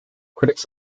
critics